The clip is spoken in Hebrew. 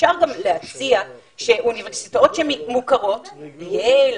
אפשר גם להציע שלגבי אוניברסיטאות מוכרות ייל,